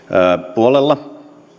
puolella